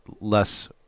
less